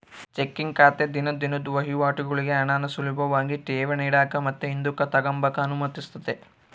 checking ಖಾತೆ ದಿನ ದಿನುದ್ ವಹಿವಾಟುಗುಳ್ಗೆ ಹಣಾನ ಸುಲುಭಾಗಿ ಠೇವಣಿ ಇಡಾಕ ಮತ್ತೆ ಹಿಂದುಕ್ ತಗಂಬಕ ಅನುಮತಿಸ್ತತೆ